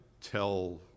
tell